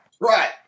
Right